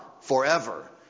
forever